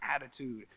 attitude